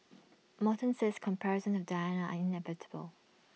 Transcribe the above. Morton says comparisons with Diana are inevitable